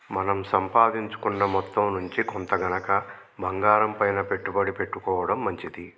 మన సంపాదించుకున్న మొత్తం నుంచి కొంత గనక బంగారంపైన పెట్టుబడి పెట్టుకోడం మంచిది